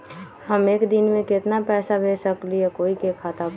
हम एक दिन में केतना पैसा भेज सकली ह कोई के खाता पर?